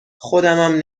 خودمم